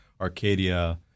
Arcadia